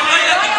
הם לא ילדים.